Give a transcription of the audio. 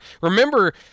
Remember